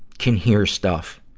can hear stuff